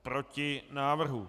Proti návrhu.